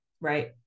Right